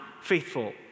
faithful